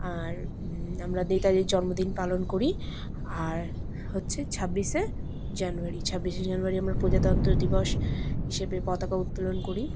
আর আমরা নেতাজির জন্মদিন পালন করি আর হচ্ছে ছাব্বিশে জানুয়ারি ছাব্বিশে জানুয়ারি আমরা প্রজাতন্ত্র দিবস হিসেবে পতাকা উত্তোলন করি